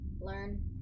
learn